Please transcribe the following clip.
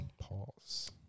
pause